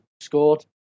scored